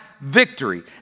victory